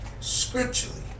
scripturally